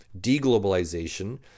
de-globalization